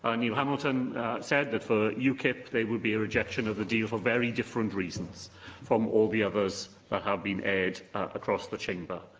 ah neil hamilton said that, for ukip, there would be a rejection of the deal for very different reasons from all the others that have been aired across the chamber.